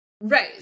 Right